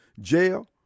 jail